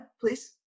please